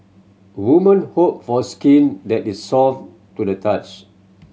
woman hope for skin that is soft to the touch